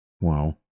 Wow